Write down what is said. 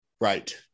Right